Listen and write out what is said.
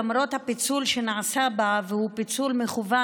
למרות הפיצול שנעשה בה והוא פיצול מכוון,